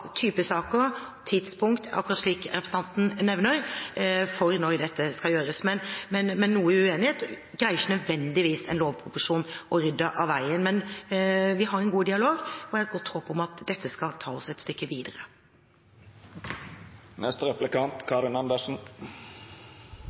og tidspunkt for når dette skal gjøres, slik representanten nevner. All uenighet greier ikke nødvendigvis en lovproposisjon å rydde av veien, men vi har en god dialog og et godt håp om at dette skal ta oss et stykke videre.